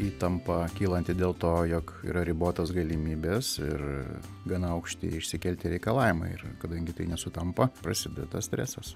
įtampa kylanti dėl to jog yra ribotos galimybės ir gana aukšti išsikelti reikalavimai ir kadangi tai nesutampa prasideda stresas